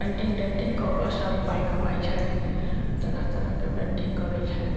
painting तेंटिंग कऽ के सभ पाइ कमाइ छथि तरह तरहके पेंटिंग करै छथि